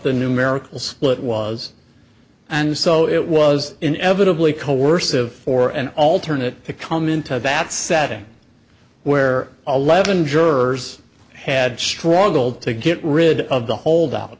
the numerical split was and so it was inevitably coercive for an alternate to come into that setting where a leaven jurors had struggled to get rid of the holdout